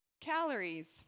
Calories